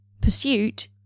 pursuit